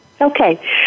okay